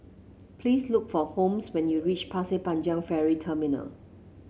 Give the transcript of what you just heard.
please look for Holmes when you reach Pasir Panjang Ferry Terminal